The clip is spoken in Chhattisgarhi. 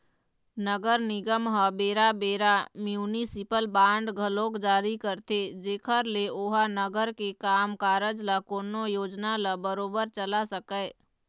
नगर निगम ह बेरा बेरा म्युनिसिपल बांड घलोक जारी करथे जेखर ले ओहा नगर के काम कारज ल कोनो योजना ल बरोबर चला सकय